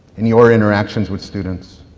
in your interactions with students,